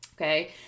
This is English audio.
Okay